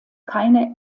keine